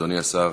אדוני השר